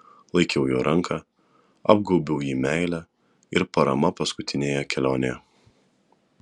laikiau jo ranką apgaubiau jį meile ir parama paskutinėje kelionėje